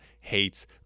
hates